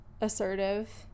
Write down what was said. assertive